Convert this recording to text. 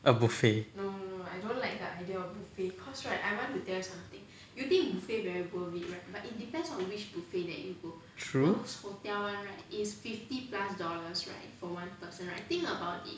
a buffet true